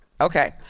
Okay